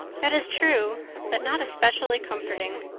that is true but not especially comforting.